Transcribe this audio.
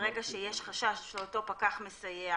ברגע שיש לאותו פקח מסייע